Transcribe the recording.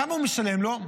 כמה הוא משלם לו?